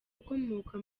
ukomoka